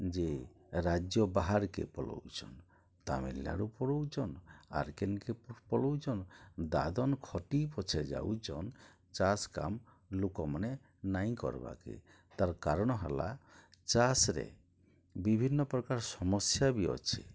ଯେ ରାଜ୍ୟ ବାହାରକେ ପଲଉଚନ୍ ତାମିଲନାଡ଼ୁ ପଲଉଚନ୍ ଆର୍ କେନ୍ କେ ପଲଉଚନ୍ ଦାଦନ୍ ଖଟି ପଛେ ଯାଉଚନ୍ ଚାଷ୍ କାମ୍ ଲୋକମାନେ ନାଇଁ କର୍ବାକେ ତାର୍ କାରଣ ହେଲା ଚାଷ୍ ରେ ବିଭିନ୍ନପ୍ରକାର୍ ସମସ୍ୟା ବି ଅଛେ